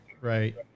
right